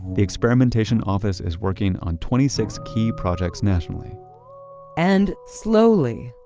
the experimentation office is working on twenty six key projects nationally and slowly,